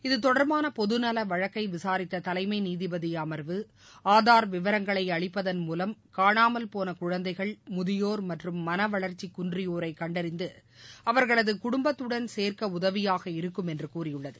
இது தொடர்பான பொதுநல வழக்கை விசாரித்த தலைமை நீதிபதி அமர்வு ஆதார் விவரங்களை அளிப்பதன் மூலம் காணாமல் போன குழந்தைகள் முதியோர் மற்றும் மனவளர்ச்சி குன்றியோரை கண்டறிந்து அவர்களது குடும்பத்துடன் சேர்க்க உதவியாக இருக்கும் என்று கூறியுள்ளது